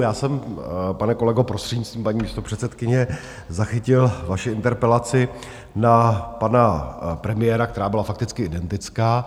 Já jsem, pane kolego, prostřednictvím paní místopředsedkyně, zachytil vaši interpelaci na pana premiéra, která byla fakticky identická.